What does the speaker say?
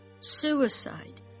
Suicide